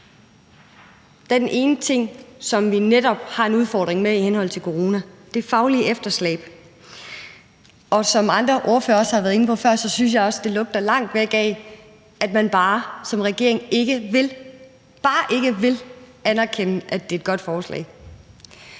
den ene ting, som vi netop har en udfordring med i henhold til corona; det faglige efterslæb. Som andre ordførere også har været inde på før, synes jeg, det lugter langt væk af, at man som regering bare ikke vil anerkende, at det er et godt forslag,